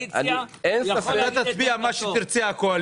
הקואליציה תצביע בסוף על מה שהיא תרצה.